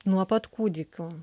nuo pat kūdikių